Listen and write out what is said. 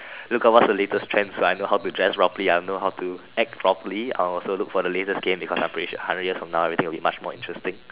look at what's the latest trend so I know how to dress properly I know how to act properly I will also look for the latest game because I'm pretty sure a hundred years from now everything will be much more interesting